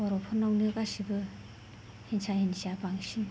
बर'फोरनावनो गासिबो हिन्सा हिन्सिया बांसिन